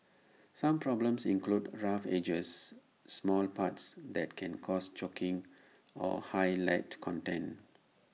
some problems include rough edges small parts that can cause choking or high lead content